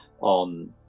on